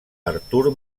artur